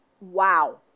Wow